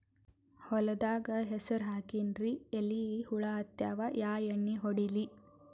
ಹೊಲದಾಗ ಹೆಸರ ಹಾಕಿನ್ರಿ, ಎಲಿ ಹುಳ ಹತ್ಯಾವ, ಯಾ ಎಣ್ಣೀ ಹೊಡಿಲಿ?